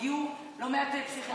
והגיעו לא מעט פסיכיאטרים,